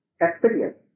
experience